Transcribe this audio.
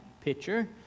picture